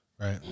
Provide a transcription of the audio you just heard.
Right